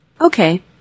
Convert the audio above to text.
Okay